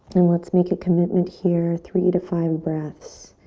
and let's make a commitment here, three to five breaths.